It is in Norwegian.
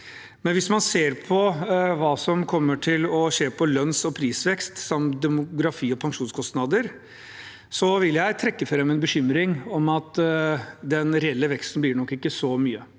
Men hvis man ser på hva som kommer til å skje på lønns- og prisvekst, som demografi- og pensjonskostnader, vil jeg trekke fram en bekymring om at den reelle veksten nok ikke blir